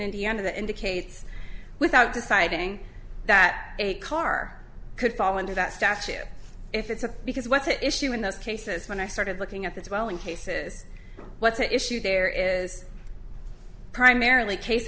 indiana that indicates without deciding that a car could fall into that statue if it's because what's the issue in those cases when i started looking at this well in cases what's the issue there is primarily case